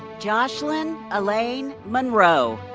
joshlyn allane monroe.